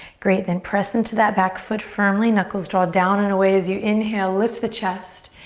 great, then press into that back foot firmly, knuckles draw down and away as you inhale, lift the chest.